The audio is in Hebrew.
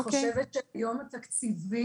אני חושבת שכיום התקציבים,